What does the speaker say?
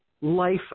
life